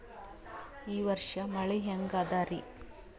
ಈ ವರ್ಷ ಮಳಿ ಹೆಂಗ ಅದಾರಿ?